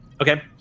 Okay